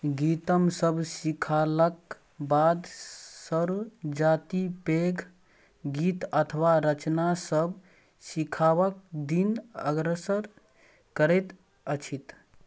गीतमे सभ सिखलाक बाद स्वरजाति पैघ गीत अथवा रचनासभ सिखबाक दिन अग्रसर करैत अछि